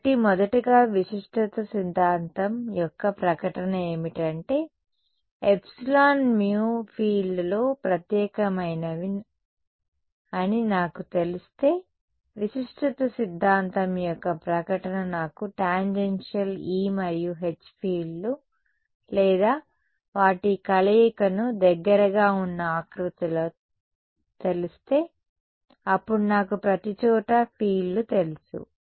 కాబట్టి మొదటగా విశిష్టత సిద్ధాంతం యొక్క ప్రకటన ఏమిటంటే ఎప్సిలాన్ ము ఫీల్డ్లు ప్రత్యేకమైనవని నాకు తెలిస్తే విశిష్టత సిద్ధాంతం యొక్క ప్రకటన నాకు టాంజెన్షియల్ E మరియు H ఫీల్డ్లు లేదా వాటి కలయికను దగ్గరగా ఉన్న ఆకృతిలో తెలిస్తే అప్పుడు నాకు ప్రతిచోటా ఫీల్డ్లు తెలుసు